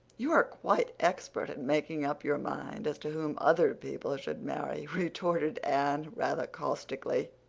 you are quite expert at making up your mind as to whom other people should marry, retorted anne, rather caustically.